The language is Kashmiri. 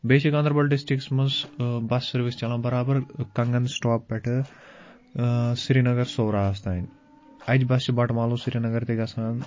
بیٚیہِ چھِ گانٛدَربَل ڈِسٹرٛکَس منٛز بَس سٔروِس چَلان بَرابر کَنٛگَن سٹاپ پٮ۪ٹھٕ سرینگر صورَاہس تانۍ اَجہِ بہٕ چھِ بَٹمالو سرینَگر تہِ گَژھان